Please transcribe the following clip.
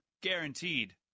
Guaranteed